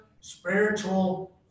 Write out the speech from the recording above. spiritual